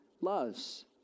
loves